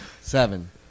seven